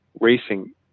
racing